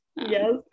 Yes